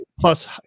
plus